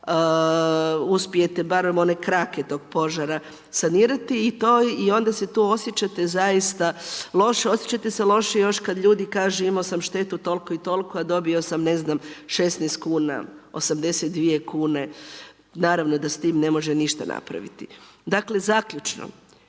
uspijete barem one krake tog požara sanirati i onda se tu osjećate zaista loše, osjećate se lošije još kad ljudi kažu imao sam štetu toliko i toliko a dobio sam ne znam 16 kuna, 82 kune, naravno da s time ne može ništa napraviti. Dakle zaključno.